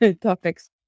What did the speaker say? topics